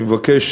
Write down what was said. אני מבקש